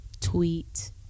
Tweet